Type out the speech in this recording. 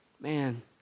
Man